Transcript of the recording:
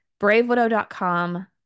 bravewidow.com